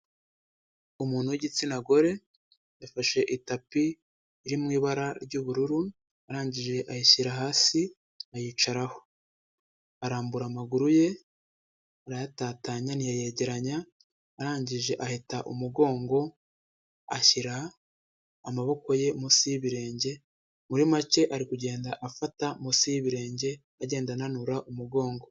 Umuntu w'igitsina gore, yafashe itapi iri mu ibara ry'ubururu arangije ayishyira hasi ayicaraho, arambura amaguru ye arayatatanya ntiyayegeranya, arangije aheta umugongo, ashyira amaboko ye munsi y'ibirenge, muri make ari kugenda afata munsi y'ibirenge agenda ananura umugongo.